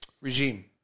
regime